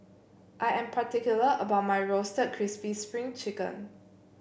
I am particular about my Roasted Crispy Spring Chicken